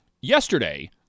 Yesterday